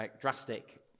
drastic